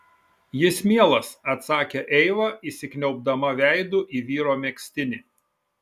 jis mielas atsakė eiva įsikniaubdama veidu į vyro megztinį